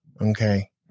Okay